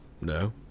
No